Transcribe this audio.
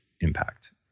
impact